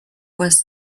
was